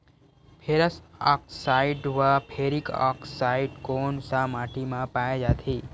Ferrous oxide व ferric oxide कोन सा माटी म पाय जाथे?